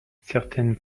certaines